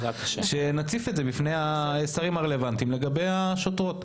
אבל אני מציע להציף בפני השרים הרלוונטיים את נושא השוטרות,